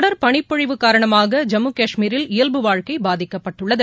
தொடர் பனிப்பொழிவு காரணமாக ஜம்மு கஷ்மீரில் இயல்பு வாழ்க்கை பாதிக்கப்பட்டுள்ளது